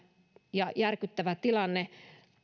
ja järkyttävä tilanne